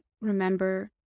remember